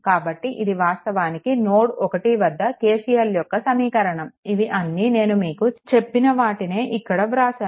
కాబట్టి ఇది వాస్తవానికి నోడ్1 వద్ద KCL యొక్క సమీకరణం ఇవి అన్నీ నేను మీకు చెప్పిన వీటినే ఇక్కడ వ్రాసాను